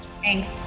thanks